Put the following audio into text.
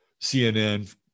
CNN